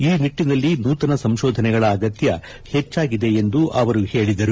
ಈ ನಿಟ್ಟನಲ್ಲಿ ನೂತನ ಸಂಶೋಧನೆಗಳ ಅಗತ್ಯ ಹೆಚ್ಚಾಗಿದೆ ಎಂದು ಅವರು ಹೇಳಿದರು